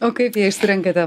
o kaip ją išsirenkate